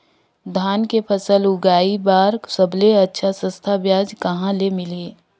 धान के फसल उगाई बार सबले अच्छा सस्ता ब्याज कहा ले मिलही?